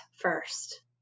first